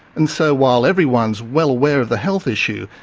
and so while everyone's well aware of the health issue,